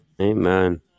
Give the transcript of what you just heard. Amen